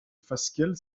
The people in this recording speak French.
fasquelle